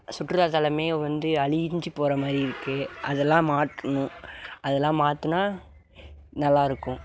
சுற்றுலாத்தலமே வந்து அழிஞ்சு போகிற மாதிரி இருக்கு அதலாம் மாற்றணும் அதலாம் மாற்றினா நல்லாயிருக்கும்